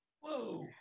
Whoa